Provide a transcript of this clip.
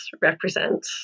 represent